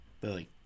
Billy